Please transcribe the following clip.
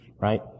right